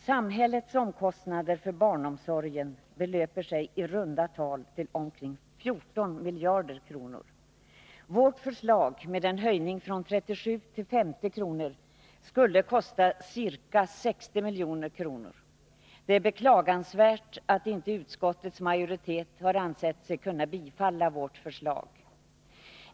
Samhällets omkostnader för barnomsorgen belöper sig i runda tal till omkring 14 miljarder kronor Vårt förslag om en höjning från 37 till 50 kr. skulle kosta ca 60 milj.kr. Det är beklagansvärt att inte utskottets majoritet har ansett sig kunna bifalla vårt förslag.